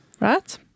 Right